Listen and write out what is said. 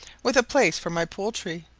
with a place for my poultry,